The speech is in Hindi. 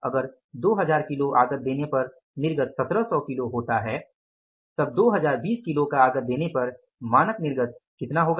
अगर 2000 किलो आगत देने पर निर्गत 1700 किलो होता है तब 2020 किलो का आगत देने पर मानक निर्गत कितना होगा